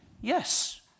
Yes